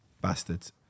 Bastards